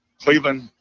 cleveland